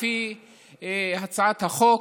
לפי הצעת החוק,